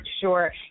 sure